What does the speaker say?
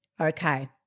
Okay